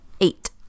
Eight